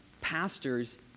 pastors